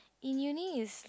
in uni it's